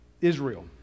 israel